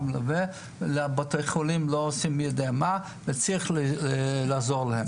מלווה לבתי החולים וצריך לעזור להם.